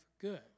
good